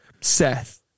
Seth